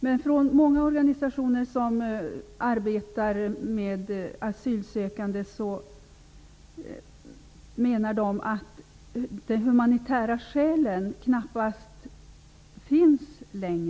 Men många organisationer som arbetar med asylsökande menar att de humanitära skälen knappast längre finns.